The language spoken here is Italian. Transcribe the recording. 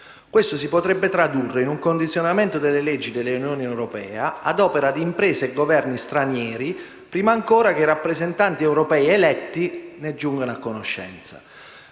Questo si potrebbe tradurre in un condizionamento delle leggi dell'Unione europea a opera di imprese e Governi stranieri prima ancora che rappresentanti europei eletti ne giungano a conoscenza.